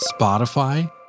Spotify